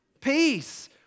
Peace